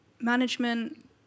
Management